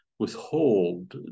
withhold